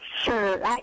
sure